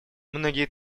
многие